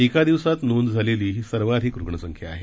एका दिवसात नोंद झालेली ही सर्वाधिक रुग्णसंख्या आहे